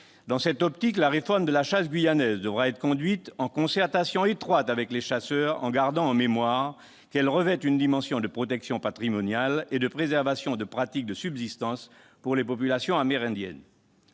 Dans cette optique, la réforme de la chasse guyanaise devra être conduite en concertation étroite avec les chasseurs, en gardant en mémoire qu'elle revêt une dimension de protection patrimoniale et de préservation de pratiques de subsistance pour les populations amérindiennes.